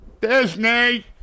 Disney